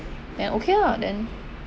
then okay lah then